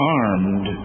armed